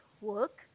work